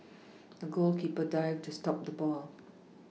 the goalkeeper dived to stop the ball